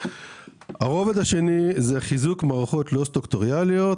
הרובד השני הוא חיזוק מערכות לא סטרוקטורליות,